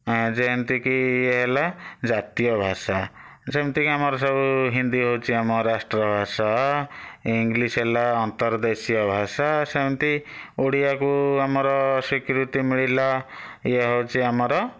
ଯେମିତିକି ଇଏ ହେଲା ଜାତୀୟ ଭାଷା ଯେମିତିକି ଆମର ସବୁ ହିନ୍ଦୀ ହେଉଛି ଆମ ରାଷ୍ଟ୍ର ଭାଷା ଇଂଲିଶ୍ ହେଲା ଅର୍ନ୍ତଦେଶୀୟ ଭାଷା ସେମିତି ଓଡ଼ିଆକୁ ଆମର ସ୍ୱୀକୃତି ମିଳିଲା ଇଏ ହେଉଛି ଆମର